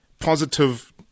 positive